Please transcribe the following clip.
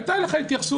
הייתה לך התייחסות.